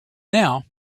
now